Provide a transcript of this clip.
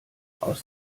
aus